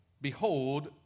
behold